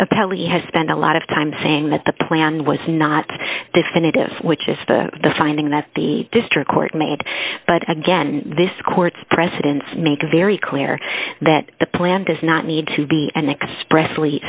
appellee has spent a lot of time saying that the plan was not definitive which is the the finding that the district court made but again this court's precedents make very clear that the plan does not need to be and express